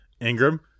Ingram